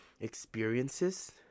experiences